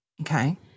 Okay